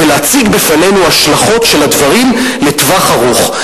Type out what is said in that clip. ולהציג בפנינו השלכות של הדברים לטווח ארוך.